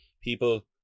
people